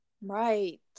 right